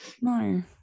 No